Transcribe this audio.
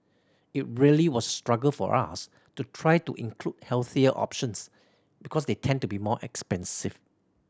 it really was struggle for us to try to include healthier options because they tend to be more expensive